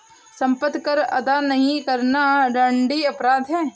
सम्पत्ति कर अदा नहीं करना दण्डनीय अपराध है